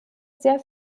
sehr